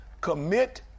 commit